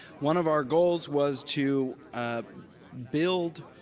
one of our goals was to build